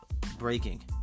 breaking